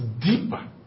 deeper